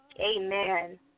amen